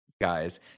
guys